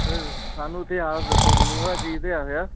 ਅਤੇ ਸਾਨੂੰ ਇਤਿਹਾਸ ਦੱਸੋ ਮੈਨੂੰ ਉਹਦਾ ਕੀ ਇਤਿਹਾਸ ਆ